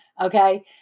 Okay